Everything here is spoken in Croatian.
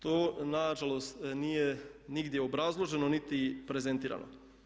To nažalost nije nigdje obrazloženo niti prezentirano.